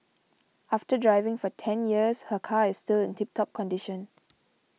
after driving for ten years her car is still in tip top condition